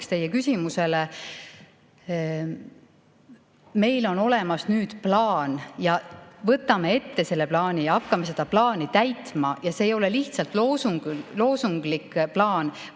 teie küsimusele: meil on nüüd olemas plaan, võtame ette selle plaani ja hakkame seda plaani täitma. See ei ole lihtsalt loosunglik plaan,